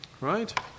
Right